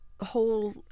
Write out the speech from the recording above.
whole